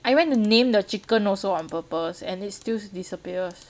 I went to name the chicken also on purpose and it still disappears